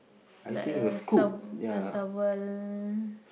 like a sub a shovel